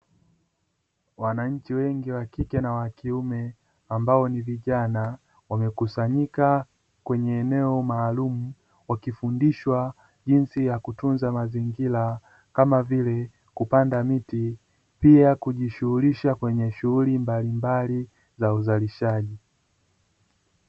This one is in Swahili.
Wananchi wengi wakike na wakiume, ambao ni vijana wamekusanyika kwenye eneo maalumu wakifundishwa jinsi ya kutunza mazingira, kama vile kupanda miti pia kujishughulisha kwenye shughuli mbalimbali za uzalishaji.